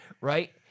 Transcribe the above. right